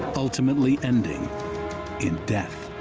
ultimately ending in death.